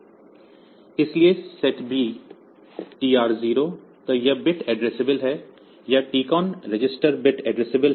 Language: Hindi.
इसलिए SETB TR 0 तो यह बिट एड्रेसेबल है यह टीकॉन रजिस्टर बिट एड्रेसेबल है